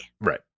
Right